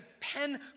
pen